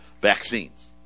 vaccines